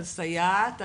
על סייעת,